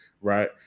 right